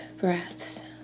breaths